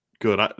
good